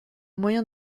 moyen